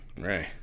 Right